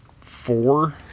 four